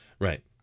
Right